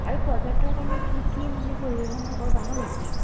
আৰু প্ৰজেক্টৰ কাৰণে কি কি মানে প্ৰয়োজন হ'ব জান নেকি